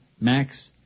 Max